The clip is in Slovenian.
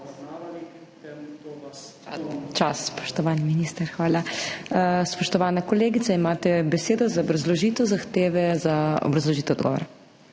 Čas, spoštovani minister. Hvala. Spoštovana kolegica, imate besedo za obrazložitev zahteve za dopolnitev odgovora.